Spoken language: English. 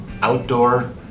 outdoor